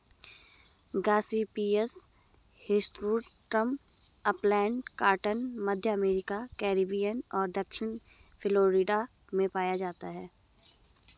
Gossypium hirsutum upland cotton, मध्य America, Caribbean और दक्षिणी फ्लोरिडा में पाया जाता है